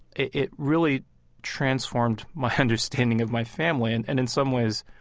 it really transformed my understanding of my family. and, and in some ways,